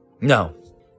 No